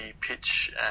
pitch